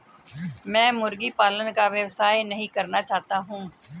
मैं मुर्गी पालन का व्यवसाय नहीं करना चाहता हूँ